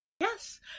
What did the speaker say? Yes